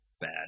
bad